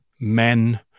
men